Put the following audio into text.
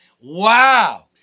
Wow